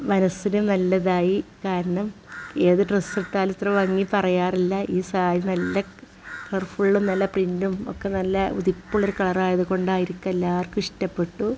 മനസ്സിലും നല്ലതായി കാരണം ഏത് ഡ്രസ്സിട്ടാലും ഇത്ര ഭംഗി പറയാറില്ല ഈ സാരി നല്ല കളർഫുളും നല്ല പ്രിന്റും ഒക്കെ നല്ല ഉതിപ്പുള്ളൊരു കളർ ആയതുകൊണ്ടായിരിക്കാം എല്ലാവർക്കും ഇഷ്ടപ്പെട്ടു